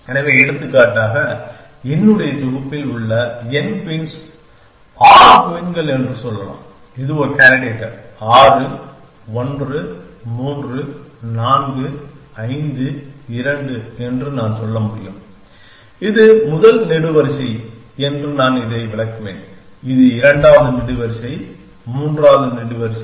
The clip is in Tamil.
எனவே எடுத்துக்காட்டாக என்னுடைய தொகுப்பில் உள்ள n குயின்ஸ் 6 குயின்கள் என்று சொல்லலாம் இது ஒரு கேண்டிடேட் 6 1 3 4 5 2 என்று நான் சொல்ல முடியும் இது முதல் நெடுவரிசை என்று நான் இதை விளக்குவேன் இது இரண்டாவது நெடுவரிசை மூன்றாவது நெடுவரிசை